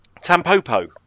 Tampopo